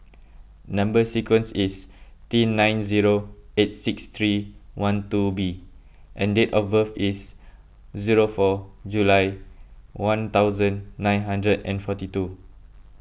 Number Sequence is T nine zero eight six three one two B and date of birth is zero four July one thousand nine hundred and forty two